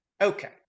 Okay